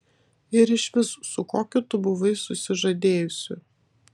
ir išvis su kokiu tu buvai susižadėjusi